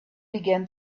began